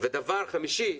דבר חמישי,